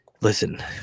listen